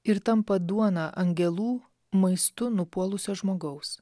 ir tampa duona angelų maistu nupuolusio žmogaus